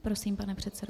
Prosím, pane předsedo.